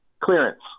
clearance